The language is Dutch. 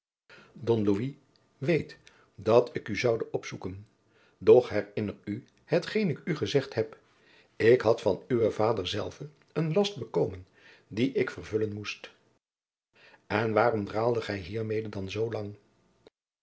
louis weet dat ik u zoude opzoeken doch herinner u hetgeen ik u gezegd heb ik had van uwen vader zelven een last bekomen dien ik vervullen moest en waarom draaldet gij hiermede dan